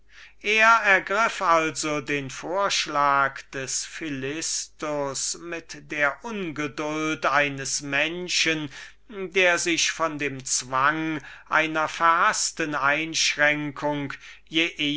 er ergriff also den vorschlag des philistus mit der begierigen ungeduld eines menschen der sich von dem zwang einer verhaßten einschränkung je